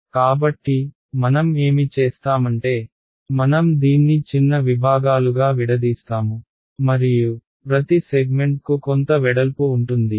కాబట్టి మనం ఏమి చేస్తామంటే మనం దీన్ని చిన్న విభాగాలుగా విడదీస్తాము మరియు ప్రతి సెగ్మెంట్కు కొంత వెడల్పు ఉంటుంది